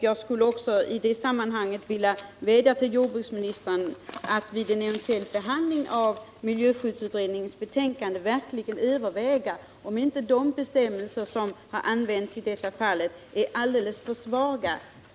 Jag vill i det sammanhanget vädja till jordbruksministern att han vid behandlingen av miljöskyddsutredningens betänkande överväger om inte de bestämmelser som i detta fall har tillämpats är alldeles för svaga.